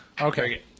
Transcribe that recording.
Okay